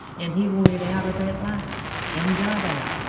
and he wanted out of that life and got out.